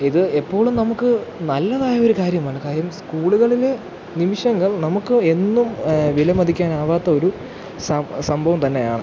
ഇത് എപ്പോഴും നമുക്ക് നല്ലതായൊരു കാര്യമാണ് കാര്യം സ്കൂളുകളില് നിമിഷങ്ങൾ നമുക്ക് എന്നും വിലമതിക്കാനാവാത്തൊരു സ സംഭവം തന്നെയാണ്